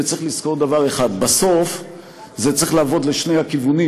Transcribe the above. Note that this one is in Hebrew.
וצריך לזכור דבר אחד: בסוף זה צריך לעבוד לשני הכיוונים,